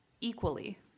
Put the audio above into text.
equally